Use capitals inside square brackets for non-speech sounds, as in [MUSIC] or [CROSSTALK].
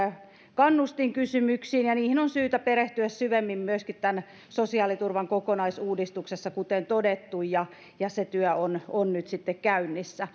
kannustinkysymyksiä niihin on syytä perehtyä syvemmin myöskin sosiaaliturvan kokonaisuudistuksessa kuten todettu ja ja se työ on nyt sitten käynnissä [UNINTELLIGIBLE]